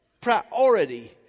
priority